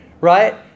Right